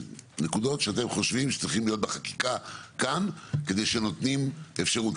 נקודות שאתם חושבים שצריכות להיות בחקיקה כאן כדי שנותנים אפשרות.